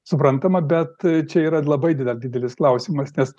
suprantama bet čia yra labai dar didelis klausimas nes